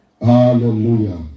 Hallelujah